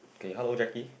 okay hello Jacky